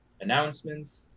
announcements